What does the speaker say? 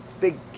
Big